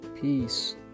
peace